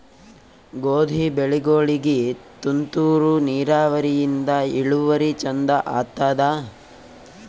ಗೋಧಿ ಬೆಳಿಗೋಳಿಗಿ ತುಂತೂರು ನಿರಾವರಿಯಿಂದ ಇಳುವರಿ ಚಂದ ಆತ್ತಾದ?